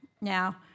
Now